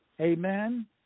Amen